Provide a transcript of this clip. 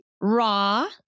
Raw